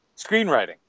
Screenwriting